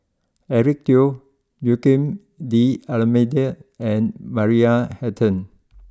Eric Teo Joaquim D'Almeida and Maria Hertogh